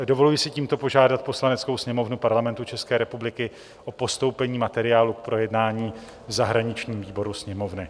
Dovoluji si tímto požádat Poslaneckou sněmovnu Parlamentu České republiky o postoupení materiálu k projednání zahraničnímu výboru Sněmovny.